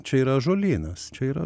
čia yra ąžuolynas čia yra